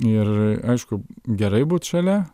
ir aišku gerai būt šalia